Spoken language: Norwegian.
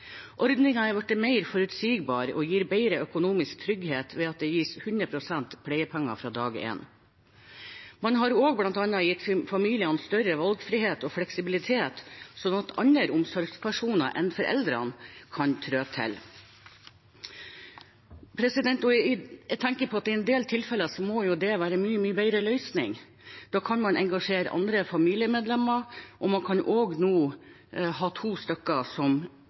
er nå inkludert i ordningen. Ordningen har blitt mer forutsigbar og gir bedre økonomisk trygghet ved at det gis 100 pst. pleiepenger fra dag én. Man har også bl.a. gitt familiene større valgfrihet og fleksibilitet, slik at andre omsorgspersoner enn foreldrene kan trå til. Jeg tenker på at i en del tilfeller må det være en mye bedre løsning. Da kan man engasjere andre familiemedlemmer, og to stykker kan